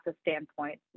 standpoint